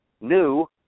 new